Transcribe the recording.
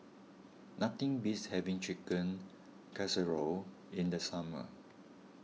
nothing beats having Chicken Casserole in the summer